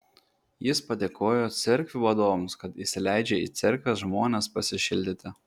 jis padėkojo cerkvių vadovams kad įsileidžia į cerkves žmones pasišildyti